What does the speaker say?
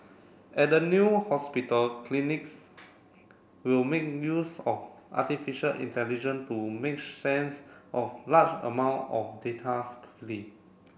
at the new hospital clinics will make use of artificial intelligent to make sense of large amount of datas quickly